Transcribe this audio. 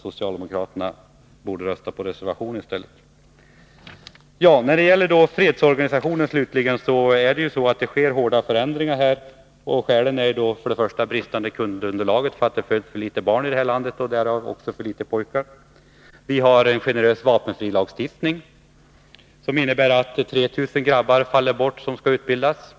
Socialdemokraterna borde rösta på reservationen i stället. När det slutligen gäller fredsorganisationen så sker det omfattande förändringar på detta område. Skälen härtill är flera. Ett skäl är det bristande kundunderlaget. Det föds ju för få barn här i landet. Därmed blir det för få pojkar. Vidare har vi en generös vapenfrilagstiftning. 3 000 grabbar som skulle ha utbildats faller därmed bort.